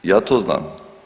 Ja to znam.